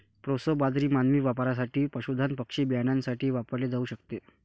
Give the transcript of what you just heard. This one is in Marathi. प्रोसो बाजरी मानवी वापरासाठी, पशुधन पक्षी बियाण्यासाठी वापरली जाऊ शकते